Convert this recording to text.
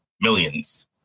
Millions